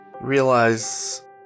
realize